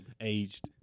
Aged